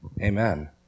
Amen